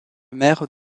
maire